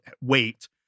weight